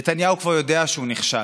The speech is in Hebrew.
נתניהו כבר יודע שהוא נכשל,